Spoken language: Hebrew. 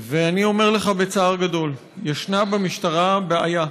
ואני אומר לך בצער גדול: יש במשטרה בעיה,